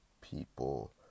people